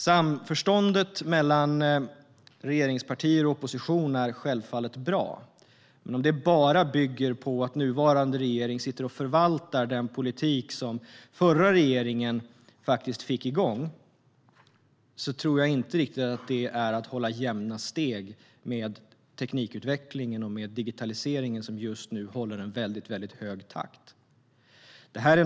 Samförståndet mellan regeringspartier och opposition är bra, men om det bara bygger på att nuvarande regering förvaltar den politik som förra regeringen drog igång är det inte att hålla jämna steg med teknikutvecklingen och digitaliseringen, som just nu håller en väldigt hög takt.